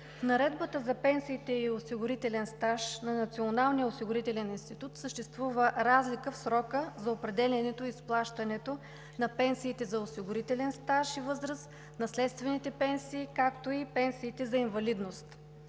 в наредбата за пенсиите и осигурителен стаж на Националния осигурителен институт съществува разлика в срока за определянето и изплащането на пенсиите за осигурителен стаж и възраст, наследствените пенсии, както и пенсиите за инвалидност.